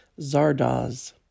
Zardoz